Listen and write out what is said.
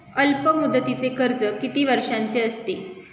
अल्पमुदतीचे कर्ज किती वर्षांचे असते?